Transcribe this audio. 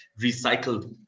recycled